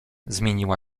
zmieniła